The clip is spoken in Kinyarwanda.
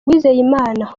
uwizeyimana